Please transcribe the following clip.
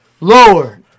lower